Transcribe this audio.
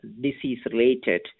disease-related